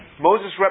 Moses